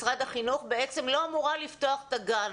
של משרד החינוך בעצם לא אמורה לפתוח את הגן.